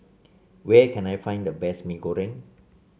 where can I find the best Mee Goreng